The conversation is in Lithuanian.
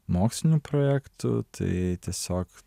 mokslinių projektų tai tiesiog